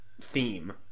theme